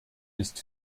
ist